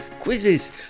quizzes